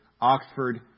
Oxford